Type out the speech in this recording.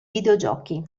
videogiochi